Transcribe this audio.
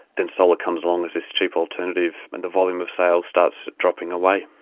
then solar comes along as this cheap alternative, and the volume of sales starts dropping away.